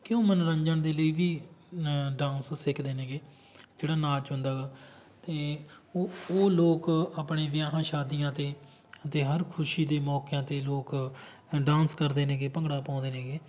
ਕਿਉਂ ਮਨੋਰੰਜਨ ਦੇ ਲਈ ਵੀ ਡਾਂਸ ਸਿੱਖਦੇ ਨੇਗੇ ਜਿਹੜਾ ਨਾਚ ਹੁੰਦਾ ਗਾ ਅਤੇ ਉਹ ਉਹ ਲੋਕ ਆਪਣੇ ਵਿਆਹਾਂ ਸ਼ਾਦੀਆਂ 'ਤੇ ਅਤੇ ਹਰ ਖੁਸ਼ੀ ਦੇ ਮੌਕਿਆਂ 'ਤੇ ਲੋਕ ਡਾਂਸ ਕਰਦੇ ਨੇਗੇ ਭੰਗੜਾ ਪਾਉਂਦੇ ਨੇਗੇ